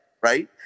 right